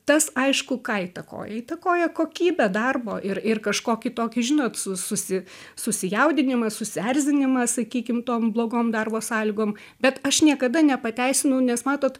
tas aišku ką įtakoja įtakoja kokybę darbo ir ir kažkokį tokį žinot su susi susijaudinimą susierzinimą sakykim tom blogom darbo sąlygom bet aš niekada nepateisinau nes matot